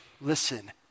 Listen